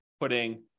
putting